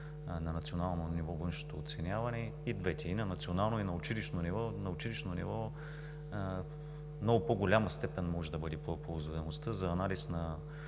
на национално ниво външното оценяване – и двете: и на национално, и на училищно ниво. На училищно ниво в много по-голяма степен може да бъде ползваемостта за анализ на